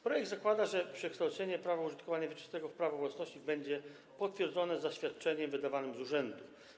Projekt zakłada, że przekształcenie prawa użytkowania wieczystego w prawo własności będzie potwierdzone zaświadczeniem wydawanym z urzędu.